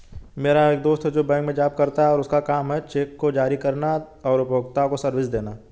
मेरा एक दोस्त है जो बैंक में जॉब करता है और उसका काम है चेक को जारी करना और उपभोक्ताओं को सर्विसेज देना